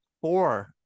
four